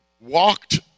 walked